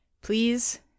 please